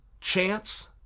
chance